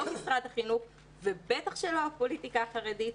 לא משרד החינוך ובטח שלא הפוליטיקה החרדית.